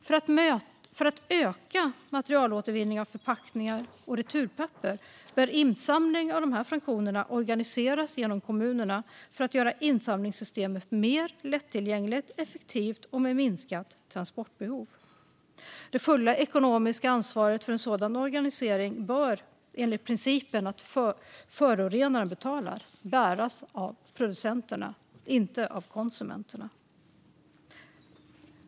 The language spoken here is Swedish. För att öka materialåtervinningen av förpackningar och returpapper bör insamling av dessa fraktioner organiseras genom kommunerna för att göra insamlingssystemet mer lättillgängligt och effektivt med minskat transportbehov. Det fulla ekonomiska ansvaret för en sådan organisering bör, enligt principen att förorenaren betalar, bäras av producenterna, inte av konsumenterna.